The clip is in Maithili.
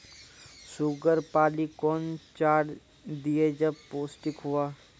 शुगर पाली कौन चार दिय जब पोस्टिक हुआ?